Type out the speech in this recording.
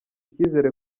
icyizere